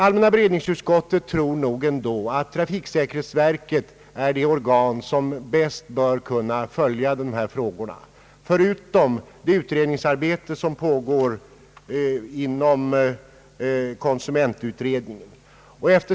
Allmänna beredningsutskottet anser nog ändå att trafiksäkerhetsverket är det organ som bäst bör kunna följa dessa frågor. Dessutom pågår ett utredningsarbete genom konsumentutredningen.